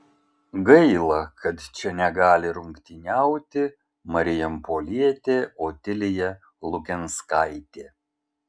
gaila kad čia negali rungtyniauti marijampolietė otilija lukenskaitė